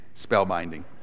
spellbinding